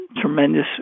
tremendous